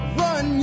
run